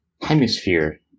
hemisphere